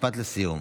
משפט לסיום.